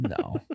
No